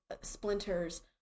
splinters